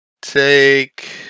take